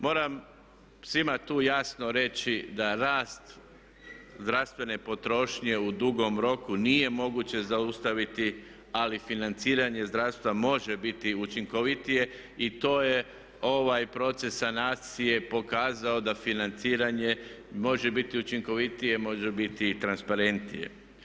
Moram svima tu jasno reći da rast zdravstvene potrošnje u dugom roku nije moguće zaustaviti, ali financiranje zdravstva može biti učinkovitije i to je ovaj proces sanacije pokazao da financiranje može biti učinkovitije, može biti i transparentnije.